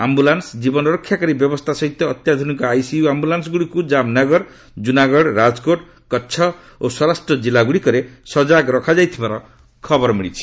ambulance ଜୀବନରକ୍ଷାକାରୀ ବ୍ୟବସ୍ଥା ସହିତ ଅତ୍ୟାଧୁନିକ ଆଇସିୟୁ ଆୟୁଲାନ୍ସ ଗୁଡ଼ିକୁ ଜାମ୍ନଗର ଜୁନାଗଡ଼ ରାଜକୋଟ୍ କଚ୍ଚ ଓ ସୌରାଷ୍ଟ୍ର ଜିଲ୍ଲାଗୁଡ଼ିକରେ ସଜାଗ ରଖାଯାଇଥିବା ଖବର ମିଳିଛି